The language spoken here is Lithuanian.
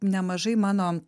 nemažai mano